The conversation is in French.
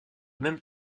même